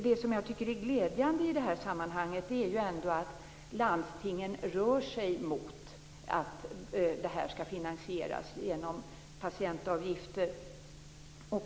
Det som jag tycker är glädjande i sammanhanget är ändå att landstingen rör sig mot att finansiering skall ske genom patientavgifter.